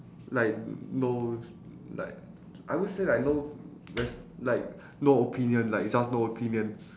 like no like I won't say like no it's like no opinion like just no opinion